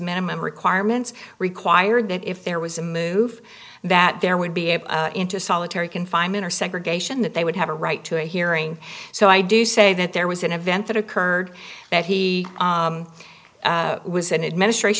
minimum requirements required that if there was a move that there would be a into solitary confinement or segregation that they would have a right to a hearing so i do say that there was an event that occurred that he was an administrat